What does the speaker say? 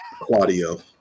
Claudio